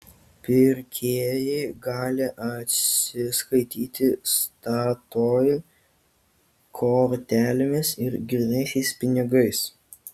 pirkėjai gali atsiskaityti statoil kortelėmis ir grynaisiais pinigais